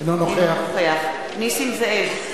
אינו נוכח נסים זאב,